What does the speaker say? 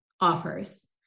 offers